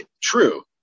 True